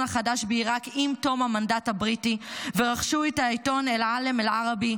החדש בעיראק עם תום המנדט הבריטי ורכשו את העיתון אל-עאלם אל-ערבי,